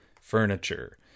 furniture